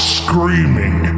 screaming